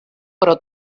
però